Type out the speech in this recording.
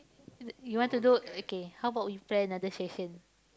you you want to do okay how about we plan another session